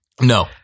No